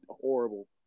horrible